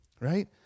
right